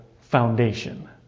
foundation